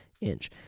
inch